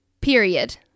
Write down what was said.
period